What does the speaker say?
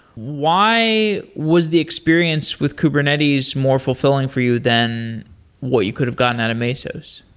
why was the experience with kubernetes more fulfilling for you than what you could have gotten out of mesos?